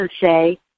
say